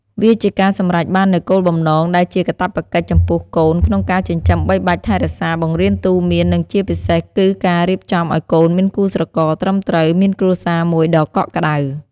វាជាការសម្រេចបាននូវគោលបំណងដែលជាកាតព្វកិច្ចចំពោះកូន ក្នុងការចិញ្ចឹមបីបាច់ថែរក្សា បង្រៀនទូន្មាន និងជាពិសេសគឺការរៀបចំឲ្យកូនមានគូស្រករត្រឹមត្រូវ មានគ្រួសារមួយដ៏កក់ក្តៅ។